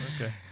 okay